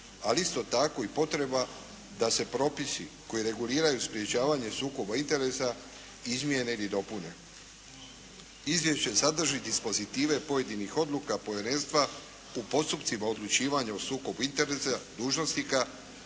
ali isto tako i potreba da se propisi koji reguliraju sprječavanje sukoba interesa izmijene ili dopune. Izvješće sadrži dispozitive pojedinih odluka povjerenstva u postupcima odlučivanja o sukobu interesa dužnosnika